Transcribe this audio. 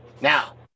Now